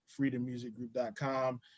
freedommusicgroup.com